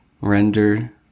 render